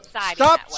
stop